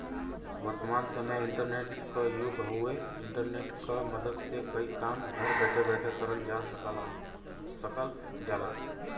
वर्तमान समय इंटरनेट क युग हउवे इंटरनेट क मदद से कई काम घर बैठे बैठे करल जा सकल जाला